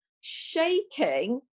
shaking